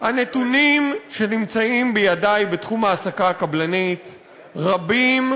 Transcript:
הנתונים שנמצאים בידי בתחום ההעסקה הקבלנית הם רבים,